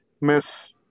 miss